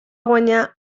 guanyar